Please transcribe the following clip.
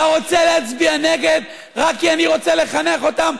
אתה רוצה להצביע נגד רק כי אני רוצה לחנך אותם?